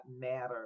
matter